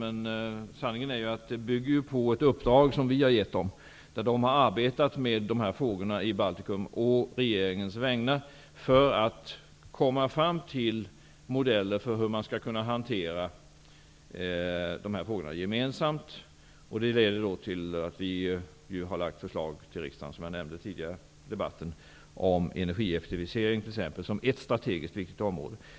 Men sanningen är att det bygger på ett uppdrag som vi har gett Vattenfall, att arbeta med dessa frågor i Baltikum å regeringens vägnar för att komma fram till modeller för att hantera dessa frågor gemensamt. Det har lett till att vi har lagt fram förslag i riksdagen, som jag nämnde tidigare i debatten, om t.ex. energieffektivisering som ett strategiskt viktigt område.